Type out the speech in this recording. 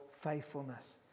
faithfulness